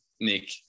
Nick